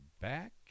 back